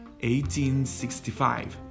1865